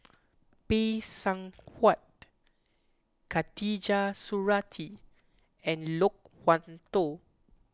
Phay Seng Whatt Khatijah Surattee and Loke Wan Tho